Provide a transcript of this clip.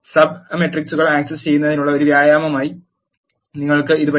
sub മെട്രിക്സുകൾ access ചെയ്യുന്നതിനുള്ള ഒരു വ്യായാമമായി നിങ്ങൾക്ക് ഇത് പരീക്ഷിക്കാം